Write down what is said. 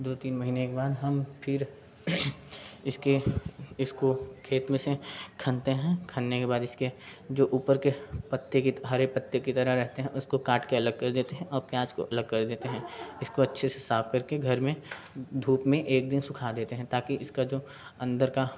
दो तीन महीने के बाद हम फिर इसके इसको खेत में से खनते हैं खनने के बाद इसके जो ऊपर के पत्ते की हरे पत्ते की तरह रहते हैं उसको काट कर अलग कर देते हैं और प्याज को अलग कर देते हैं इसको अच्छे से साफ करके घर में धूप में एक दिन सूखा देते हैं ताकि इसका जो अंदर का